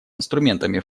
инструментами